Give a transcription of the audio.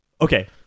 Okay